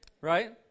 right